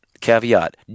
caveat